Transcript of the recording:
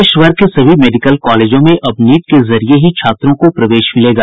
देश भर के सभी मेडिकल कॉलेजों में अब नीट के जरिए ही छात्रों को प्रवेश मिलेगा